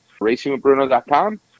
Racingwithbruno.com